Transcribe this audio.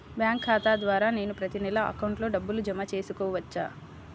Bank ఖాతా ద్వారా నేను ప్రతి నెల అకౌంట్లో డబ్బులు జమ చేసుకోవచ్చా?